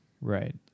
Right